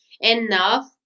enough